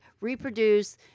reproduce